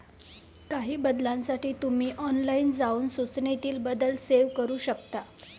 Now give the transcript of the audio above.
काही बदलांसाठी तुम्ही ऑनलाइन जाऊन सूचनेतील बदल सेव्ह करू शकता